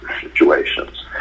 situations